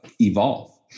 evolve